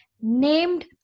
named